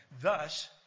Thus